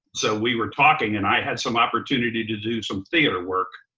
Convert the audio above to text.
so we were talking and i had some opportunity to do some theater work